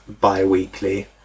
bi-weekly